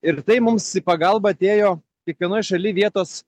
ir tai mums į pagalbą atėjo kiekvienoj šaly vietos